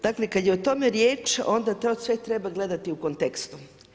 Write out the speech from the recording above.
Dakle, kad je o tome riječ, onda to sve treba gledati u kontekstu.